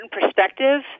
perspective